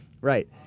right